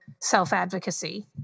self-advocacy